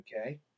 Okay